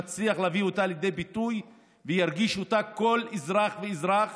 אני מאמין שנצליח להביא אותה לידי ביטוי וירגיש אותה כל אזרח ואזרח